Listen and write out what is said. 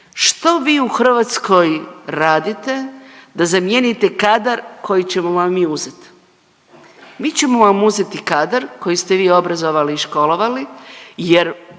što vi u Hrvatskoj radite da zamijenite kadar koji ćemo vam mi uzeti? Mi ćemo vam uzeti kadar koji ste vi obrazovali i školovali jer